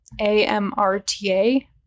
AMRTA